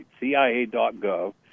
CIA.gov